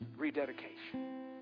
rededication